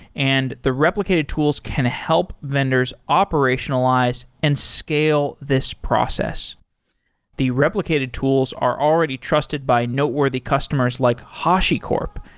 and the replicated tools can help vendors operationalize and scale this process the replicated tools are already trusted by noteworthy customers like hashicorp,